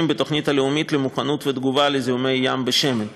בתוכנית הלאומית למוכנות ותגובה לזיהומי ים בשמן,